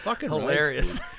hilarious